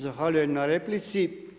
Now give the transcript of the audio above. Zahvaljujem na replici.